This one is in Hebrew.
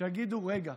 שיגידו: רגע,